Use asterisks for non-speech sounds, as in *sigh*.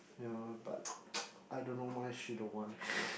you know but *noise* I don't know why she don't want *noise*